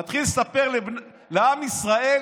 הוא מתחיל לספר לעם ישראל: